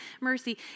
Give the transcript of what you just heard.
mercy